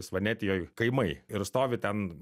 svanetijoj kaimai ir stovi ten